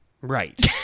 Right